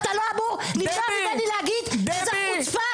ואתה לא אמור למנוע ממני להגיד שזה חוצפה